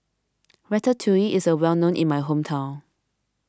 Ratatouille is well known in my hometown